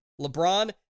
LeBron